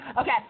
Okay